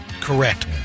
Correct